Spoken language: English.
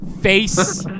face